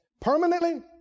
permanently